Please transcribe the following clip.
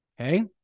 Okay